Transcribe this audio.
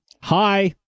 Hi